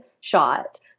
shot